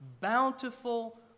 bountiful